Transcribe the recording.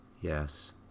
yes